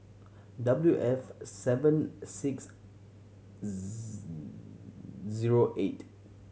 W F seven six zero eight